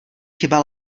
chyba